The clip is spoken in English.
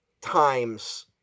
times